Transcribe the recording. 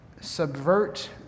subvert